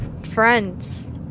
friends